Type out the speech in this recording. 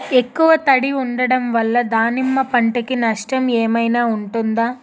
ఎక్కువ తడి ఉండడం వల్ల దానిమ్మ పంట కి నష్టం ఏమైనా ఉంటుందా?